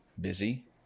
busy